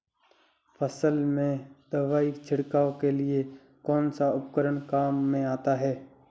फसल में दवाई छिड़काव के लिए कौनसा उपकरण काम में आता है?